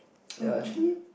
ya actually